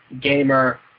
gamer